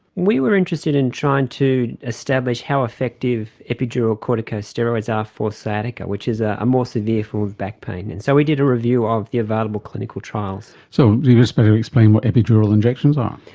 we were interested in trying to establish how effective epidural corticosteroids are for sciatica, which is ah a more severe form of back pain. and so we did a review of the available clinical trials. so you'd just better explain what epidural injections are.